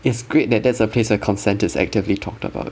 it's great that that's a place where consent is actively talked about